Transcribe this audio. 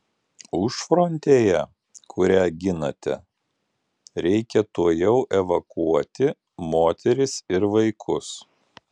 užfrontėje kurią ginate reikia tuojau evakuoti moteris ir vaikus